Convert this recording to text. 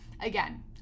again